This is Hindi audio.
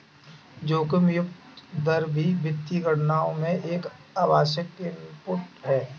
जोखिम मुक्त दर भी वित्तीय गणनाओं में एक आवश्यक इनपुट है